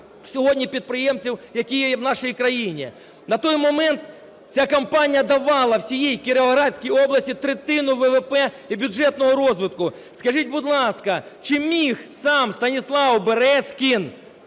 сьогодні підприємців, які є в нашій країні. На той момент ця компанія давала всій Кіровоградській області третину ВВП і бюджетного розвитку. Скажіть, будь ласка, чи міг сам Станіслав Березкін,